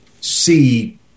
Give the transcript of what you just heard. see